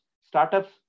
Startups